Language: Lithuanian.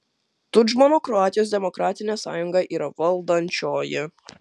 tudžmano kroatijos demokratinė sąjunga yra valdančioji